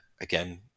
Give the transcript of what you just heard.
again